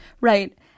Right